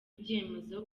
ibyemezo